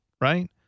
right